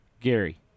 Gary